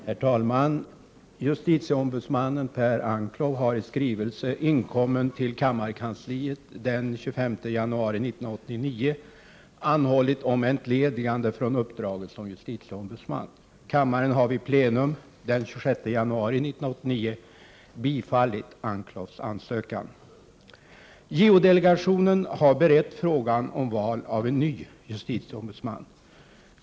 Herr talman! Justitieombudsmannen Per Anclow har i skrivelse inkommen till kammarkansliet den 25 januari 1989 anhållit om entledigande från uppdraget som justitieombudsman. Kammaren har vid plenum den 26 januari 1989 bifallit Anclows ansökan. JO-delegationen har berett frågan om val av en ny justitieombudsman.